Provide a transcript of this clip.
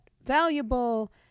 valuable